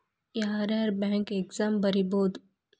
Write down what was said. ಯಾರ್ಯಾರ್ bank exam ಬರಿಬೋದು